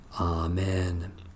Amen